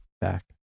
back